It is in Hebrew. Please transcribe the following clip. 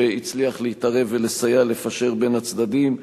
שהצליח להתערב ולסייע ולפשר בין הצדדים,